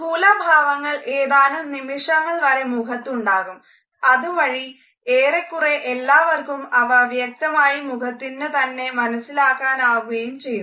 സ്ഥൂലഭാവങ്ങൾ ഏതാനും നിമിഷങ്ങൾ വരെ മുഖത്തുണ്ടാകും അതുവഴി ഏറെക്കുറെ എല്ലാവര്ക്കും അവ വ്യക്തമായി മുഖത്ത്നിന്ന്തന്നെ മനസിലാക്കാനാവുകയും ചെയ്യുന്നു